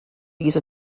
these